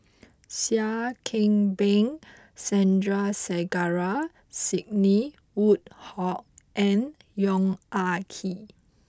Seah Kian Peng Sandrasegaran Sidney Woodhull and Yong Ah Kee